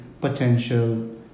potential